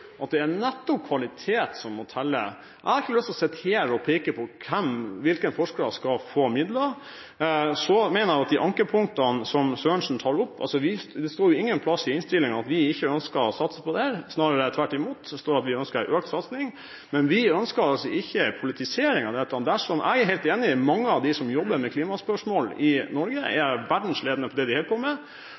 tydelig at det nettopp er kvalitet som må telle. Jeg har ikke lyst til å stå her og peke på hvilke forskere som skal få midler. Til de ankepunktene som Sørensen tar opp: Det står ingen steder i innstillingen at vi ikke ønsker å satse på dette. Tvert imot står det at vi ønsker en økt satsing, men vi ønsker ikke en politisering av dette. Jeg er helt enig i at mange av dem som jobber med klimaspørsmål i Norge, er verdensledende innen det de holder på med.